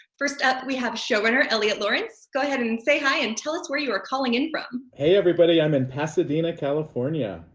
first up we have showrunner eliot laurence. go ahead and say hi and tell us where you are calling in from. hey everybody. i'm in pasadena, california.